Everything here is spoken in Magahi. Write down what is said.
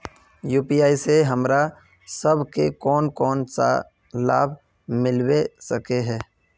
यु.पी.आई से हमरा सब के कोन कोन सा लाभ मिलबे सके है?